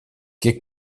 che